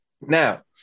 Now